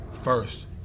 first